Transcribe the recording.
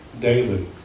daily